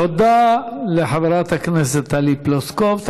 תודה לחברת הכנסת טלי פלוסקוב.